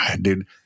dude